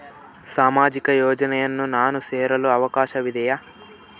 ಸಾಮಾಜಿಕ ಯೋಜನೆಯನ್ನು ನಾನು ಸೇರಲು ಅವಕಾಶವಿದೆಯಾ?